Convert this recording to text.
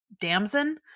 Damson